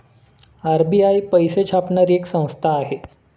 RBI पैसे छापणारी एक संस्था आहे